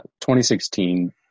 2016 –